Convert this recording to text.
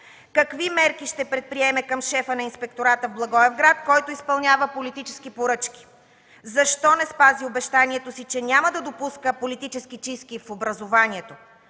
Какви мерки ще предприеме към шефа на инспектората в Благоевград, който изпълнява политически поръчки? Защо не спази обещанието си, че няма да допуска политически чистки в образованието?!